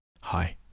Hi